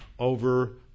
over